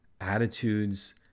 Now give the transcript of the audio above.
attitudes